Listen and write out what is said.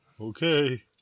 Okay